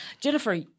Jennifer